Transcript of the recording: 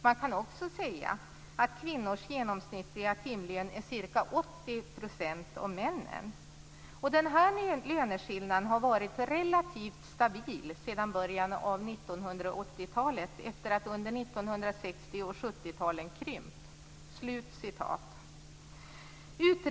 Man kan också säga att kvinnors genomsnittliga timlön är ca 80 % av männens. Denna löneskillnad har varit relativt stabil sedan början av 1980-talet efter att under 1960 och 1970-talen ha krympt."